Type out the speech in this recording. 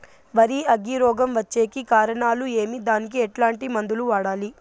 వరి అగ్గి రోగం వచ్చేకి కారణాలు ఏమి దానికి ఎట్లాంటి మందులు వాడాలి?